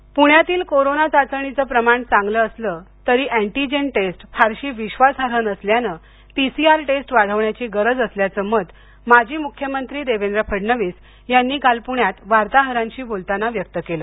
फडणविस प्ण्यातील कोरोना चाचणीचं प्रमाण चांगलं असलं तरी अँटीजेन टेस्ट फारशी विश्वासार्ह नसल्यानं पीसीआर टेस्ट वाढवण्याची गरज असल्याचं मत माजी मुख्यमंत्री देवेंद्र फडणवीस यांनी काल पूण्यात वार्ताहरांशी बोलताना व्यक्त केलं